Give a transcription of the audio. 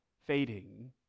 fading